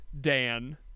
Dan